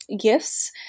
gifts